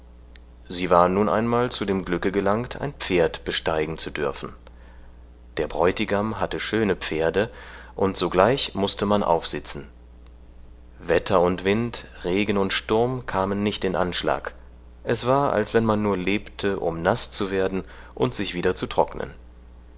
sie war nun einmal zu dem glücke gelangt ein pferd besteigen zu dürfen der bräutigam hatte schöne pferde und sogleich mußte man aufsitzen wetter und wind regen und sturm kamen nicht in anschlag es war als wenn man nur lebte um naß zu werden und sich wieder zu trocknen